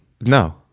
No